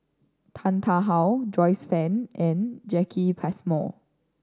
Tan Tarn How Joyce Fan and Jacki Passmore